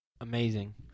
Amazing